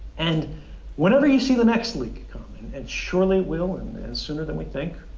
and whenever you see the next leak coming and surely will, and sooner than we think.